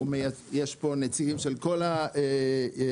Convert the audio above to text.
יש בו נציגים של כל המשרדים.